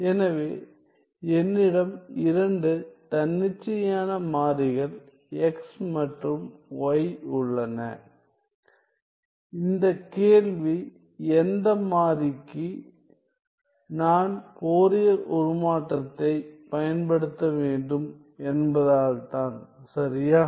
எனவே என்னிடம் இரண்டு தன்னிச்சையான மாறிகள் x மற்றும் y உள்ளன இந்த கேள்வி எந்த மாறிக்கு நான் ஃபோரியர் உருமாற்றத்தை பயன்படுத்த வேண்டும் என்பதால்தான் சரியா